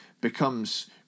becomes